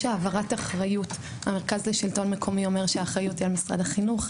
יש העברת אחריות המרכז לשלטון מקומי אומר שהאחריות היא על משרד החינוך,